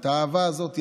את האהבה הזאת לשני.